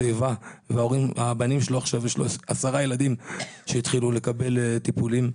איבה ויש לו 10 ילדים שהתחילו לקבל טיפולים.